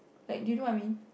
like do you know what I mean